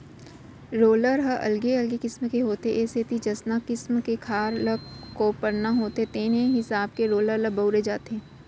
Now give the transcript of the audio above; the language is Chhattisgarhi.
रोलर ह अलगे अलगे किसम के होथे ए सेती जइसना किसम के खार ल कोपरना होथे तेने हिसाब के रोलर ल बउरे जाथे